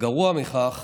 וגרוע מכך,